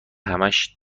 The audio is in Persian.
همش